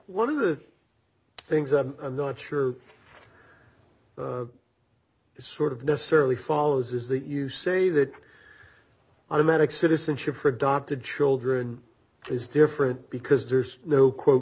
one of the things a lot sure this sort of necessarily follows is that you say that automatic citizenship for adopted children is different because there's no quote